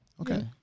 Okay